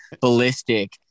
ballistic